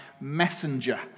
messenger